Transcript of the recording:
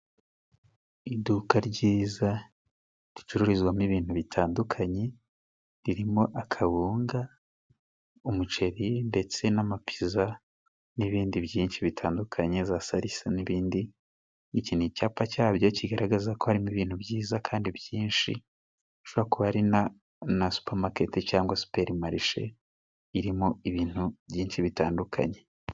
Iduka ryiza ricururizwamo ibintu bitandukanye. Ririmo akabunga, umuceri ndetse n'ama piza n'ibindi byinshi bitandukanye, za salisa n'ibindi. Iki ni icyapa cyaryo kigaragaza ko harimo ibintu byiza kandi byinshi, bishobora kuba ari na na supamaketi cyangwa superi marishe irimo ibintu byinshi bitandukanye.